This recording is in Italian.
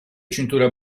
cintura